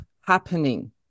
happening